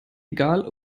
egal